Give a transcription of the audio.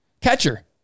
Catcher